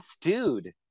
dude